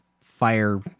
fire